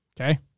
Okay